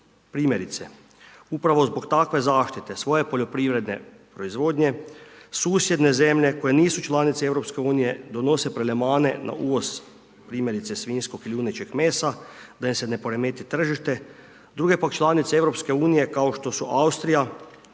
Primjerice, upravo zbog takve zaštite svoje poljoprivredne proizvodnje, susjedne zemlje koje nisu članice EU donose .../Govornik se ne razumije./... na uvoz primjerice svinjskog i junećeg mesa da im se ne poremeti tržište. Druge pak članice EU kao što su Austrija,